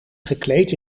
gekleed